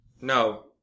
No